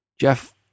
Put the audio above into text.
Jeff